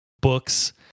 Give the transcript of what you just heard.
books